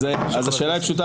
השאלה פשוטה.